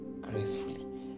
gracefully